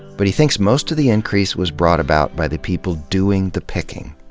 but he thinks most of the increase was brought about by the people doing the picking,